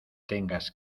tengas